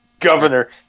governor